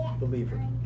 believer